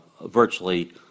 virtually